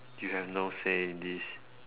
you have no say in this